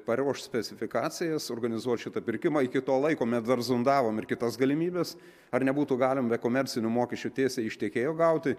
paruošt specifikacijas organizuot šitą pirkimą iki to laiko mes dar zondavome ir kitas galimybes ar nebūtų galim be komercinių mokesčių tiesiai iš tiekėjo gauti